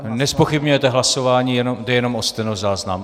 Nezpochybňujete hlasování, jde jenom o stenozáznam.